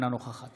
אינה נוכחת